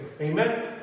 Amen